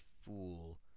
fool